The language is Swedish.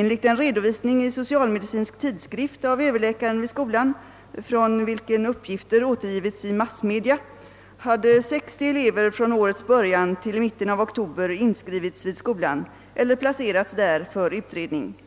Enligt en redovisning i Social-Medicinsk Tidskrift av överläkaren vid skolan — från vilken uppgifter återgivits i massmedia — hade 60 elever från årets början till i mitten av oktober inskrivits vid skolan eller placerats där för utredning.